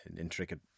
intricate